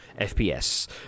FPS